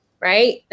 right